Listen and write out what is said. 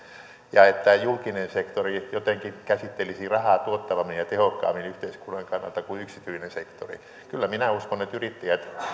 ja että julkinen sektori jotenkin käsittelisi rahaa tuottavammin ja tehokkaammin yhteiskunnan kannalta kuin yksityinen sektori kyllä minä uskon että yrittäjät